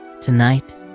Tonight